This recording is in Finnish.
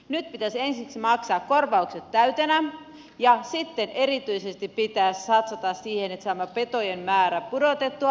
nyt pitäisi ensiksi maksaa korvaukset täytenä ja sitten erityisesti pitää satsata siihen että saamme petojen määrän pudotettua